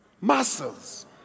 muscles